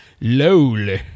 lol